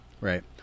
Right